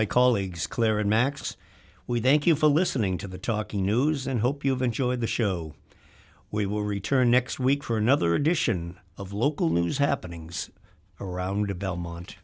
my colleagues claire and max we thank you for listening to the talking news and hope you've enjoyed the show we will return next week for another edition of local news happenings around the belmont